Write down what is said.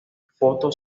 photo